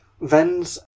Vens